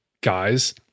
guys